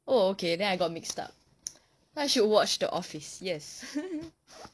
oh okay then I got mixed up then I should watch the office yes